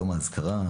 היום האזכרה,